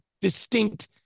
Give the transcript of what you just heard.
distinct